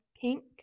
pink